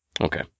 Okay